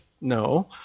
No